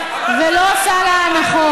לא יודעים הכול.